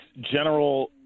general